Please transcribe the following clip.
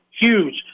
Huge